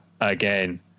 again